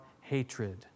hatred